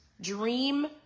dream